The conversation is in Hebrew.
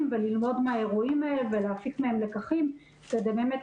וללמוד מהאירועים האלה ולהפיק מהם לקחים כדי באמת,